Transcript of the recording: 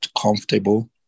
comfortable